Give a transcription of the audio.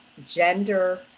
Gender